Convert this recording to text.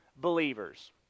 believers